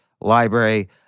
library